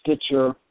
Stitcher